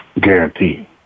guarantee